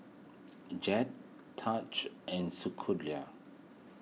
Jett Taj and